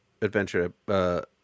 Adventure